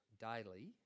daily